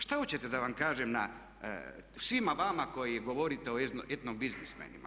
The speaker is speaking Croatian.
Šta hoćete da vam kažem na, svima vama koji govorite o etno biznismenima.